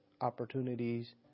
opportunities